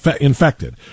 infected